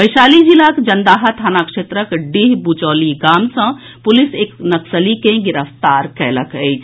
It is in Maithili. वैशाली जिलाक जन्दाहा थाना क्षेत्रक डीह बुचौली गाम सँ पुलिस एक नक्सली के गिरफ्तार कयलक अछि